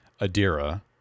Adira